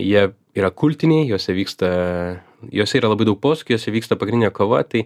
jie yra kultiniai juose vyksta juose yra labai daug posukių juose vyksta pagrindinė kova tai